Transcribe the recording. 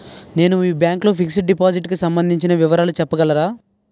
నేను మీ బ్యాంక్ లో ఫిక్సడ్ డెపోసిట్ కు సంబందించిన వివరాలు చెప్పగలరా?